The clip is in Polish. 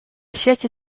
świecie